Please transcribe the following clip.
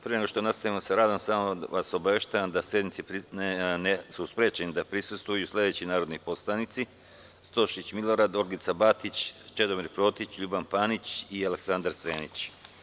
Pre nego što nastavim sa radom samo vas obaveštavam da su sednici sprečeni da prisustvuju sledeći narodni poslanici: Stošić Milorad, Olgica Batić, Čedomir Protić, Ljuban Panić i Aleksandar Senić.